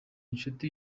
inshuti